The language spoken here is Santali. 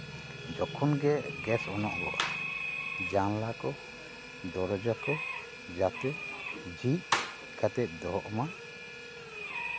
ᱡᱚᱠᱷᱚᱱ ᱜᱮ ᱜᱮᱥ ᱚᱱᱚᱜᱚᱜᱼᱟ ᱡᱟᱱᱞᱟ ᱠᱚ ᱫᱚᱨᱡᱟ ᱠᱚ ᱡᱟᱛᱮ ᱡᱷᱤᱡ ᱠᱟᱛᱮᱫ ᱫᱚᱦᱚᱜ ᱢᱟ